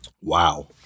Wow